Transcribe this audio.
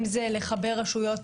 אם זה לחבר רשויות